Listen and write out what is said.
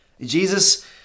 Jesus